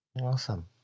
Awesome